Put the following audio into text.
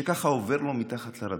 שככה, עובר לנו מתחת לרדאר.